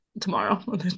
tomorrow